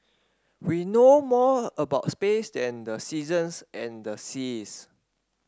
we know more about space than the seasons and the seas